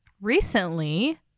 Recently